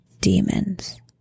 demons